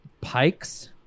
pikes